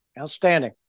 Outstanding